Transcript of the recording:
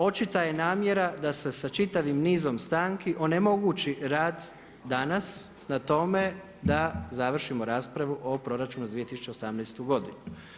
Očita je namjera da se sa čitavom nizom stanki onemogući rad danas na tome da završimo raspravu o proračunu za 2018. godinu.